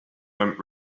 went